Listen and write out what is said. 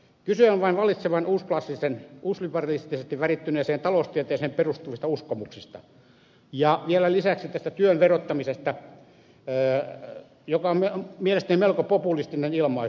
kyse on vain vallitsevaan uusklassiseen uusliberalistisesti värittyneeseen taloustieteeseen perustuvista uskomuksista ja vielä lisäksi tästä työn verottamisesta joka on mielestäni melko populistinen ilmaisu